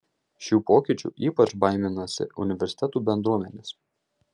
šių pokyčių ypač baiminasi universitetų bendruomenės